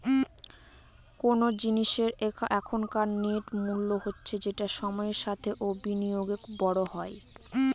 কোন জিনিসের এখনকার নেট মূল্য হচ্ছে যেটা সময়ের সাথে ও বিনিয়োগে বড়ো হয়